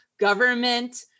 government